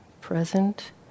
present